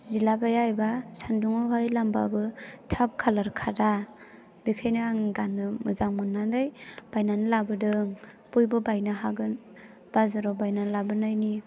जिला बाया एबा सान्दुंआव आरि लामबाबो थाब कालार खारा बेनिखायनो आं गाननो मोजां मोननानै बायनानै लाबोदों बयबो बायनो हागोन बाजाराव बायना लाबोनायनि